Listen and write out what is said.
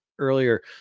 earlier